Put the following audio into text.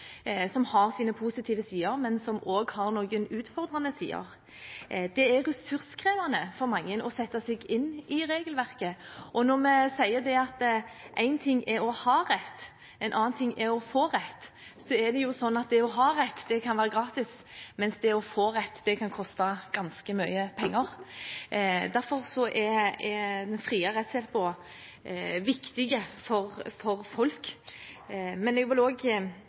som har sine positive sider, men som også har noen utfordrende sider. Det er ressurskrevende for mange å sette seg inn i regelverket. Og når vi sier at én ting er å ha rett, en annen ting er å få rett, er det slik at det å ha rett kan være gratis, mens det å få rett kan koste ganske mye penger. Derfor er den frie rettshjelpen viktig for folk. Jeg vil